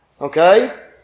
Okay